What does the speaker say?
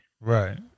Right